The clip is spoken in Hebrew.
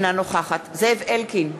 אינה נוכחת זאב אלקין,